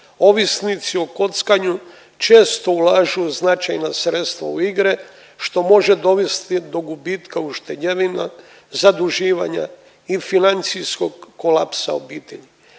Ovisnici o kockanju često ulažu značajna sredstva u igre što može dovesti do gubitka ušteđevina, zaduživanja i financijskog kolapsa obitelji.